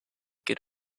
good